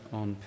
on